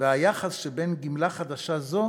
והיחס שבין גמלה חדשה זו